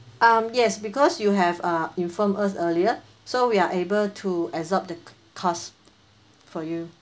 um yes because you have uh inform us earlier so we are able to absorb the cost for you